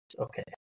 okay